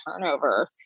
turnover